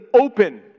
open